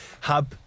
hub